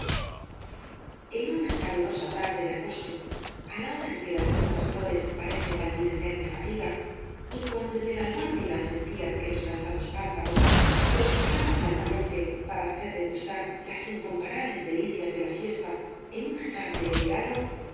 en una calurosa tarde de agosto á la hora en que las mismas flores parecen languidecer de fatiga y cuando el de la albuérniga sentía que los cansados párpados se le cerraban blandamente para hacerle gustar las incomparables delicias de la siesta en una tarde de verano